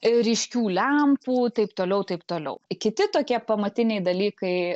ir ryškių lempų taip toliau taip toliau kiti tokie pamatiniai dalykai